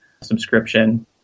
subscription